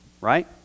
right